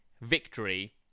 victory